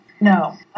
No